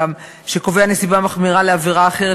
שקובע נסיבה מחמירה לעבירה אחרת,